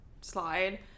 slide